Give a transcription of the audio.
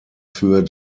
für